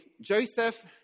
Joseph